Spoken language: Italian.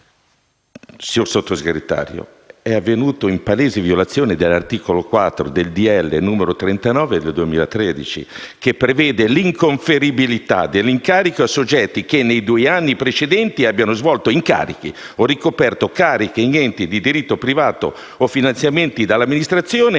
Sottosegretario, è avvenuto in palese violazione dell'articolo 4 del decreto legislativo n. 39 del 2013, che prevede l'inconferibilità dell'incarico a soggetti che «nei due anni precedenti, abbiano svolto incarichi e ricoperto cariche in enti di diritto privato o finanziati dall'amministrazione